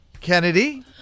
Kennedy